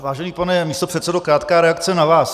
Vážený pane místopředsedo, krátká reakce na vás.